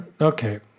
Okay